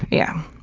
yeah.